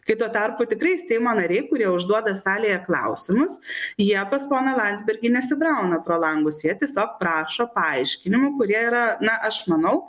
kai tuo tarpu tikrai seimo nariai kurie užduoda salėje klausimus jie pas poną landsbergį nesibrauna pro langus jie tiesiog prašo paaiškinimų kurie yra na aš manau